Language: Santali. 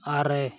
ᱟᱨᱮ